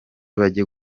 bajye